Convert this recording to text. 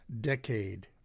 decade